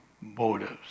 motives